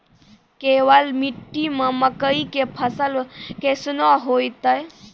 केवाल मिट्टी मे मकई के फ़सल कैसनौ होईतै?